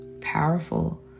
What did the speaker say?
powerful